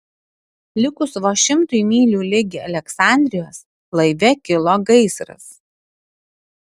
likus vos šimtui mylių ligi aleksandrijos laive kilo gaisras